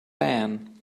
ben